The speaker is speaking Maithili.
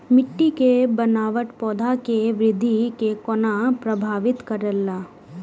मिट्टी के बनावट पौधा के वृद्धि के कोना प्रभावित करेला?